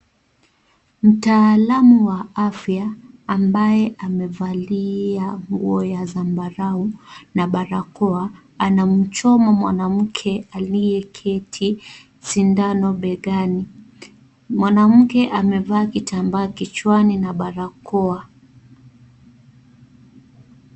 Mtaalamu wa afya ambaye amevalia nguo ya zambarau na barakoa, anamchoma mwanamke aliyeketi sindano begani. Mwanamke amevaa kitambaa kichwani na barakoa.